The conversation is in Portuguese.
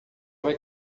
vai